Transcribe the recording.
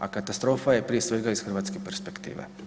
A katastrofa je prije svega iz hrvatske perspektive.